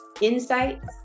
insights